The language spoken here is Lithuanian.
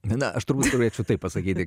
na aš turbūt turėčiau taip pasakyti